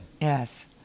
Yes